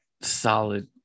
solid